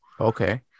okay